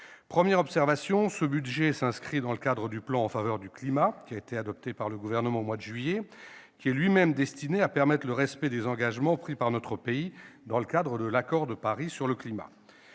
Première observation : ce budget s'inscrit dans le cadre du plan en faveur du climat adopté par le Gouvernement au mois de juillet dernier, lui-même destiné à permettre le respect des engagements pris par notre pays dans le cadre de l'accord de Paris sur le climat.